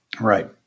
Right